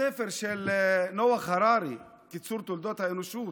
הספר של נח הררי "קיצור תולדות האנושות"